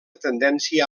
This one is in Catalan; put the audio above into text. tendència